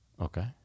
Okay